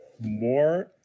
more